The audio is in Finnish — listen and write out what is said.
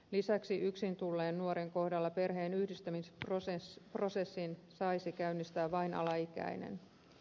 lisäksi yksin tulleen nuoren kohdalla perheen yhdistämisprosessin saisi käynnistää vain alaikäinen